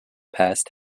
past